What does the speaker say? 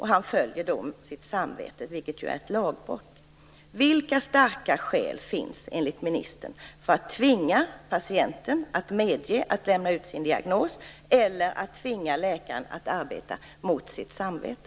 Han följer då sitt samvete, vilket ju är ett lagbrott. Vilka starka skäl finns enligt ministern för att tvinga patienten att medge att diagnosen utlämnas eller för att tvinga läkaren att arbeta mot sitt samvete?